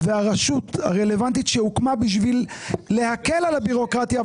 והרשות הרלוונטית שהוקמה בשביל להקל על הבירוקרטיה,